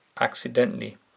accidentally